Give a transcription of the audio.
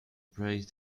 prays